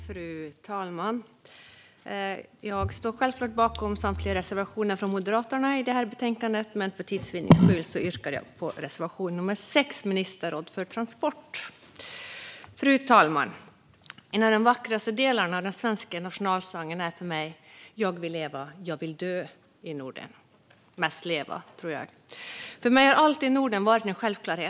Fru talman! Jag står självklart bakom samtliga reservationer från Moderaterna i det här betänkandet, men för tids vinning yrkar jag bifall enbart till reservation nummer 6 om ett ministerråd för transport. Fru talman! En av de vackraste delarna av den svenska nationalsången är för mig "Jag vill leva, jag vill dö i Norden" - och då mest "leva", tror jag. För mig har Norden alltid varit en självklarhet.